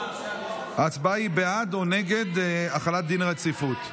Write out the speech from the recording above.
ההצבעה היא בעד או נגד החלת דין רציפות.